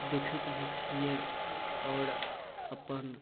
देखैत भी छियै आओर अपन